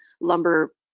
lumber